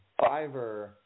Fiverr